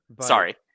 Sorry